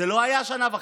זה לא היה שנה וחצי.